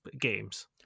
games